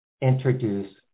introduce